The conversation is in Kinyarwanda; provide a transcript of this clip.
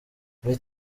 muri